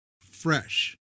fresh